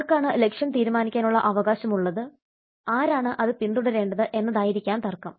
ആർക്കാണ് ലക്ഷ്യം തീരുമാനിക്കാനുള്ള അവകാശം ഉള്ളത് ആരാണ് അത് പിന്തുടരേണ്ടത് എന്നതായിരിക്കാം തർക്കം